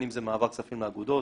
בין אם זה מעבר כספים לאגודות,